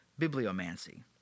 bibliomancy